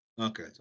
okay